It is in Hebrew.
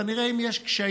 ואני אראה אם יש קשיים.